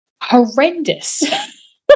horrendous